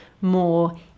more